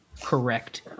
correct